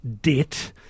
debt